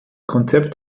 konzept